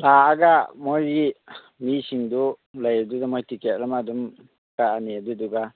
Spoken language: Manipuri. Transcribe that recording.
ꯂꯥꯛꯑꯒ ꯃꯣꯏꯒꯤ ꯃꯤꯁꯤꯡꯗꯨ ꯂꯩꯔꯤꯗꯨꯗ ꯃꯣꯏ ꯇꯤꯛꯀꯦꯠ ꯑꯃ ꯑꯗꯨꯝ ꯀꯛꯑꯅꯤ ꯑꯗꯨꯗꯨꯒ